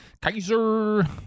Kaiser